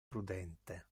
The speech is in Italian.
prudente